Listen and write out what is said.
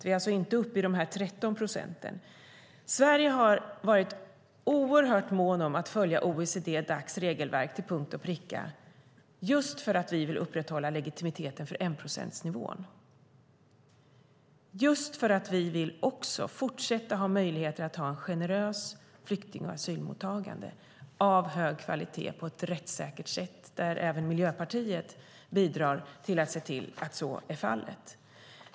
Vi är alltså inte uppe i de 13 procenten. Sverige har varit oerhört mån om att följa OECD/Dacs regelverk till punkt och pricka - just för att vi vill upprätthålla legitimiteten för enprocentsnivån. Vi vill också fortsätta att ha möjligheten att ha ett generöst flykting och asylmottagande av hög kvalitet på ett rättssäkert sätt där även Miljöpartiet bidrar till att så är fallet.